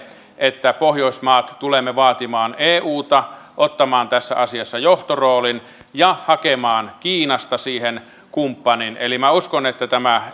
että me pohjoismaat tulemme vaatimaan euta ottamaan tässä asiassa johtoroolin ja hakemaan kiinasta siihen kumppanin eli minä uskon että tämä